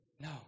no